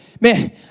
man